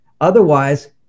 Otherwise